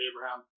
abraham